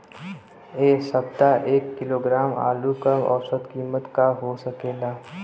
एह सप्ताह एक किलोग्राम आलू क औसत कीमत का हो सकेला?